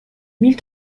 mille